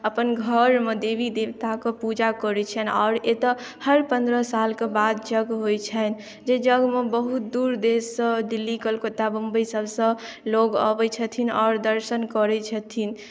अपन घरमे भरिके देवी देवताक पूजा करै छनि आओर एतौ हर पंद्रह सालक बाद यज्ञ होइ छनि जे यज्ञमे बहुत दूर देश सँ दिल्ली कलकत्ता मुंबई सभसँ लोग अबै छथिन आओर दर्शन करै छथिन